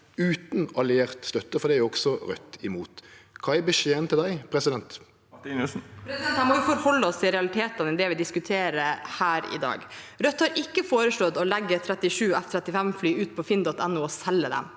utan alliert støtte, for det er Raudt også imot? Kva er beskjeden til dei? Marie Sneve Martinussen (R) Her må vi forholde oss til realitetene i det vi diskuterer her i dag. Rødt har ikke foreslått å legge 37 F-35-fly ut på finn.no og selge dem.